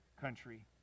country